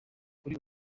kuri